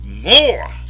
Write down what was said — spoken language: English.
more